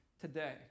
today